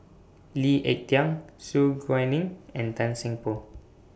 Lee Ek Tieng Su Guaning and Tan Seng Poh